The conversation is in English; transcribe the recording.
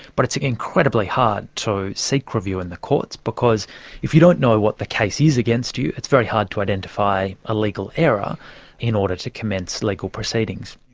but it's incredibly hard to seek review in the courts because if you don't know what the case is against you it's very hard to identify a legal error in order to commence legal proceedings.